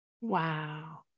Wow